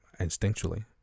instinctually